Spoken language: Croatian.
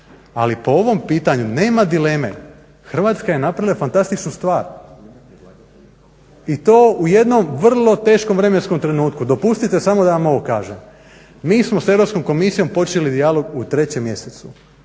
Ali po ovom pitanju nema dileme. Hrvatska je napravila fantastičnu stvar i to u jednom vrlo teškom vremenskom trenutku. dopustite samo da vam ovo kažem. Mi smo s Europskom komisijom počeli dijalog u 3.mjesecu